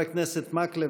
חבר הכנסת מקלב,